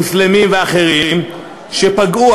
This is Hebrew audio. מוסלמים ואחרים שפגעו,